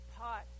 pot